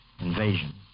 invasion